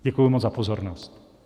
Děkuji moc za pozornost.